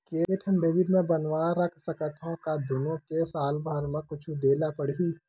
के ठन डेबिट मैं बनवा रख सकथव? का दुनो के साल भर मा कुछ दे ला पड़ही?